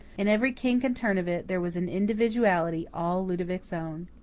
in every kink and turn of it there was an individuality all ludovic's own.